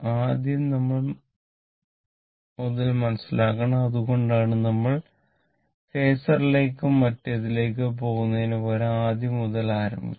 ആദ്യം നമ്മൾ ആദ്യം മുതൽ മനസ്സിലാക്കണം അതുകൊണ്ടാണ് നമ്മൾ ഫാസറിലേക്കോ മറ്റേതിലേക്കോ പോകുന്നതിനുപകരം ആദ്യം മുതൽ ആരംഭിച്ചത്